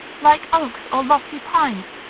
like oaks or lofty pines,